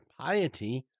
piety